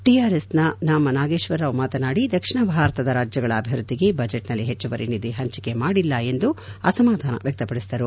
ಟಿಆರ್ಎಸ್ನ ನಮ ನಾಗೇಶ್ವರರಾವ್ ಮಾತನಾಡಿ ದಕ್ಷಿಣ ಭಾರತದ ರಾಜ್ಯಗಳ ಅಭಿವೃದ್ಧಿಗೆ ಬಜೆಟ್ನಲ್ಲಿ ಹೆಚ್ಚುವರಿ ನಿಧಿ ಹಂಚಿಕೆ ಮಾಡಿಲ್ಲ ಎಂದು ಅಸಮಾಧಾನ ವ್ಯಕ್ತಪಡಿಸಿದರು